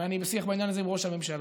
ואני בשיח בעניין הזה עם ראש הממשלה.